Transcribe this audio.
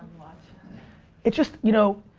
watch. it's just, you know,